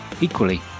Equally